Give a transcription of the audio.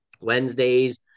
Wednesdays